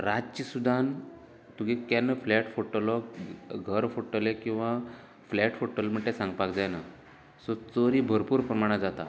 रातचे सुद्दां तुगे केन्ना फ्लेट फोडटलो घर फोडटले किंवां फ्लेट फोडटले म्हण सांगपाक जायना सो चोरी भरपूर प्रमाणांत जाता